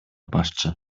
башчы